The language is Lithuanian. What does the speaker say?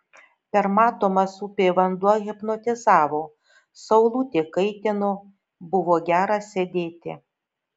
permatomas upė vanduo hipnotizavo saulutė kaitino buvo gera sėdėti